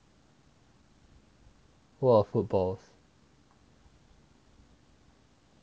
world of footballs